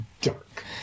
dark